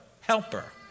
Helper